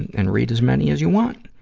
and read as many as you want.